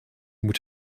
moet